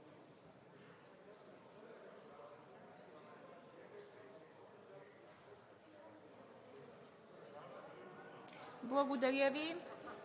Благодаря Ви.